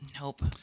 Nope